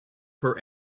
per